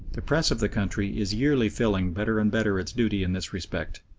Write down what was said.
the press of the country is yearly filling better and better its duty in this respect,